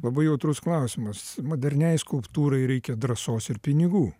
labai jautrus klausimas moderniai skulptūrai reikia drąsos ir pinigų